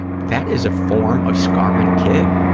that is a form of scar in a kid.